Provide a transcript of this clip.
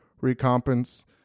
recompense